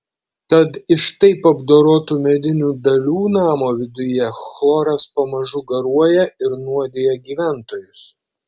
tad iš taip apdorotų medinių dalių namo viduje chloras pamažu garuoja ir nuodija gyventojus